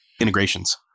integrations